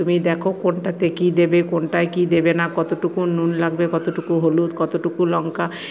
তুমি দেখো কোনটাতে কি দেবে কোনটায় কি দেবে না কতটুকু নুন লাগবে কতটুকু হলুদ কতটুকু লঙ্কা